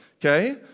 okay